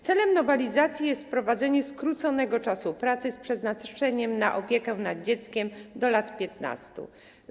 Celem nowelizacji jest wprowadzenie skróconego czasu pracy z przeznaczeniem na opiekę nad dzieckiem do lat 15.